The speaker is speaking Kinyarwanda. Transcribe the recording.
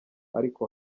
ariko